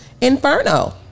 Inferno